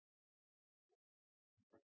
Bøhler å